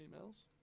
emails